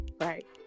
Right